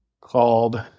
called